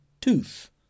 tooth